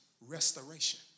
restoration